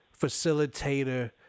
facilitator